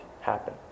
happen